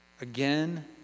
again